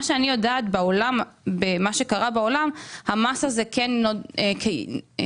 אני יודעת מהעולם שהמס הזה יעיל,